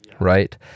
right